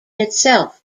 itself